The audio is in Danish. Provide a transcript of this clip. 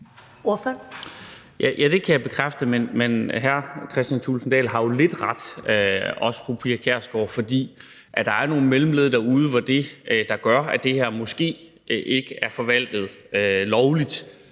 Ja, det kan jeg bekræfte. Men hr. Kristian Thulesen Dahl og også fru Pia Kjærsgaard har jo lidt ret. For der er nogle mellemled derude, hvor det, der gør, at det her måske ikke er forvaltet lovligt